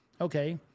okay